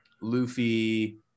Luffy